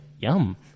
yum